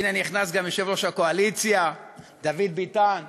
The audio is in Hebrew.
והנה נכנס גם יושב-ראש הקואליציה דוד ביטן.